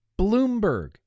Bloomberg